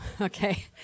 Okay